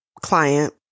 client